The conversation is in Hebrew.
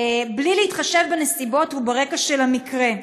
בלי להתחשב בנסיבות וברקע של המקרה.